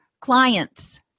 Clients